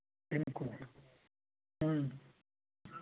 اَمہِ کُے اۭں